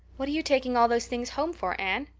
what are you taking all those things home for, anne?